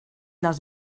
dels